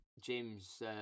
James